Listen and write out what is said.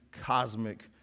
cosmic